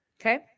Okay